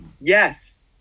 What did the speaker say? yes